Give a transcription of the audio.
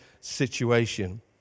situation